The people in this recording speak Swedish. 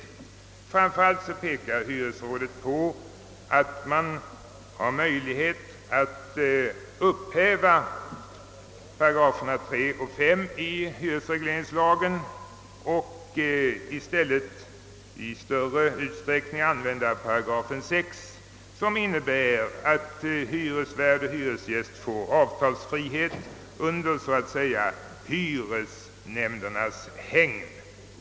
Hyresrådet pekar på att det framför allt är möjligt att upphäva 3—5 §§ i hyresregleringslagen och att i stället i större utsträckning tillämpa 6 §, som innebär att hyresvärd och hyresgäst får avtalsfrihet så att säga under hyresnämndernas hägn.